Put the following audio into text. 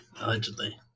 Allegedly